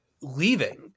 leaving